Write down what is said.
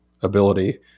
ability